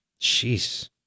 Jeez